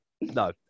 No